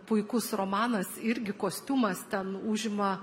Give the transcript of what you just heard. puikus romanas irgi kostiumas ten užima